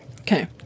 okay